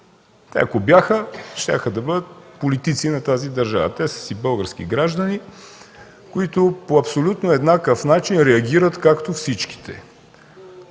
ако бяха, щяха да бъдат политици на тази държава, а те са си български граждани, които по абсолютно еднакъв начин реагират, както всички.